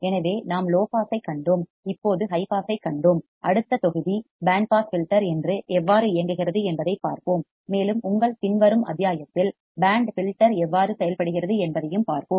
எனவே நாம் லோ பாஸைக் கண்டோம் இப்போது ஹை பாஸைக் கண்டோம் அடுத்த அத்தியாயம் பேண்ட் பாஸ் ஃபில்டர் எவ்வாறு இயங்குகிறது என்பதைப் பார்ப்போம் மேலும் உங்கள் பின்வரும் அத்தியாயத்தில் பேண்ட் ஃபில்டர் எவ்வாறு செயல்படுகிறது என்பதையும் பார்ப்போம்